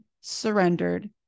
surrendered